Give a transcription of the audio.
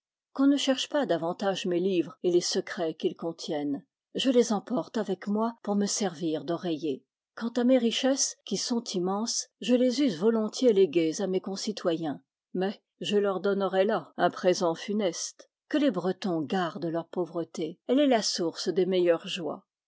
qu'on ne cherche pas davantage mes livres et les secrets qu'ils contiennent je les emporte avec moi pour me servir d'oreiller quant à mes richesses qui sont immen ses je les eusse volontiers léguées à mes concitoyens mais je leur donnerais là un présent funeste que les bretons gardent leur pauvreté elle est la source des meilleures joies